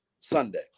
Sunday